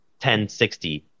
1060